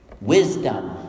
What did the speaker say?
Wisdom